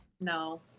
No